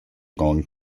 going